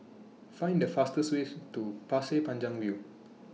Find The fastest Way to Pasir Panjang View